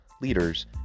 leaders